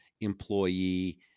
employee